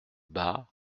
bah